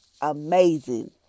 amazing